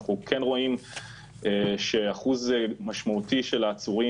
אנחנו כן רואים שאחוז משמעותי של העצורים